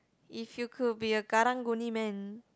if you could be a Karang-Guni man